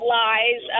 lies